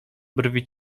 brwi